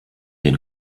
den